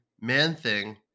Man-Thing